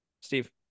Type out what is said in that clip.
Steve